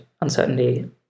uncertainty